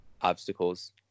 obstacles